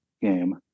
game